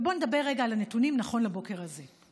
בואו נדבר רגע על הנתונים נכון לבוקר הזה.